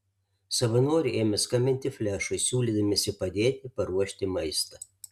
savanoriai ėmė skambinti flešui siūlydamiesi padėti paruošti maistą